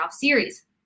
series